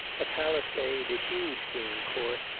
a palisade, a huge green court,